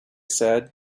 said